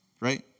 right